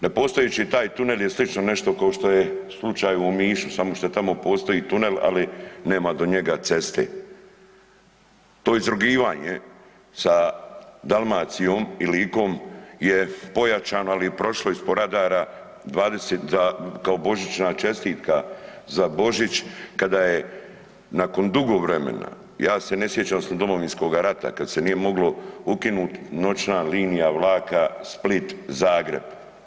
Nepostojeći taj tunel je slično nešto kao što je slučaj u Omišu, samo što tamo postoji tunel, ali nema do njega ceste, to je izrugivanje sa Dalmacijom i Likom je pojačano, ali prošlo ispod radara 20, da kao božićna čestitka za Božić kada je nakon dugo vremena, ja se ne sjećam Domovinskog rata, kad se nije moglo ukinuti noćna linija vlaka Split-Zagreb.